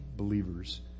believers